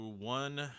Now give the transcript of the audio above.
one